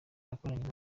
yakoranye